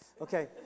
Okay